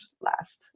last